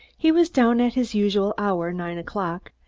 he was down at his usual hour, nine o'clock,